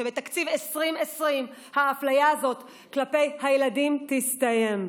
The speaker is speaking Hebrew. שבתקציב 2020 האפליה הזאת כלפי הילדים תסתיים.